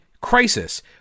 crisis